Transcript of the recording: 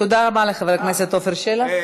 תודה רבה לחבר הכנסת עפר שלח.